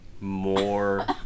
more